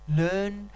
learn